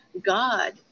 God